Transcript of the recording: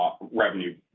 revenue